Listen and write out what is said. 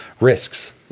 risks